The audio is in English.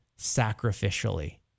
sacrificially